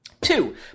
Two